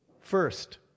First